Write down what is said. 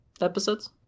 episodes